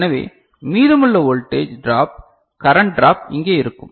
எனவே மீதமுள்ள voltage drop current drop இங்கே இருக்கும்